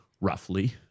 roughly